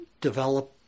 develop